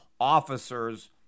officers